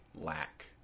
lack